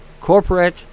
corporate